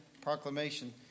proclamation